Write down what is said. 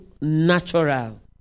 natural